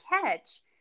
catch